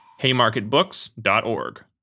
haymarketbooks.org